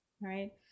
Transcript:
right